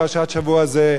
פרשת השבוע הזה,